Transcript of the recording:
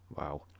Wow